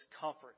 comfort